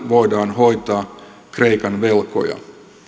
voidaan hoitaa kreikan velkoja